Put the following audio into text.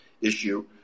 issue